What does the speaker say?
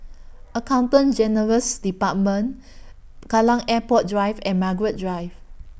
Accountant General's department Kallang Airport Drive and Margaret Drive